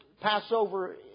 Passover